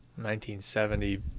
1970